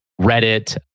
Reddit